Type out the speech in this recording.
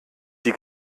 die